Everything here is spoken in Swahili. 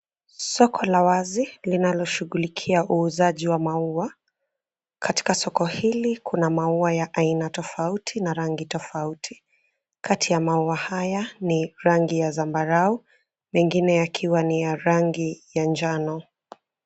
Soko la wazi, linaloshugulikia wauzaji wa maua. Katika soko hili kuna maua ya aina tofauti na rangi tofauti. Kati ya rangi haya ni rangi ya zambarau, mengine yakiwa ni rangi ya njano.